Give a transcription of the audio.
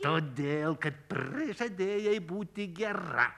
todėl kad prižadėjai būti gera